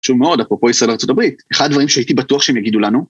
קשור מאוד, אפרופו ישראל וארצות הברית, אחד הדברים שהייתי בטוח שהם יגידו לנו